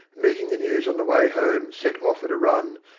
meeting the news on the way home, set off at a run,